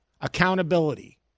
accountability